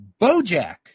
Bojack